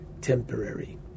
temporary